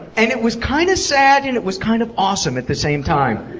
and it was kind of sad and it was kind of awesome at the same time.